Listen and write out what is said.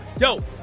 Yo